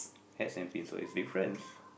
hats and pins it's difference